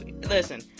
listen